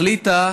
החליטה